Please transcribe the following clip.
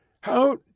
How